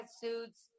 suits